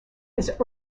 his